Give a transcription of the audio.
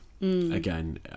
Again